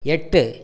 எட்டு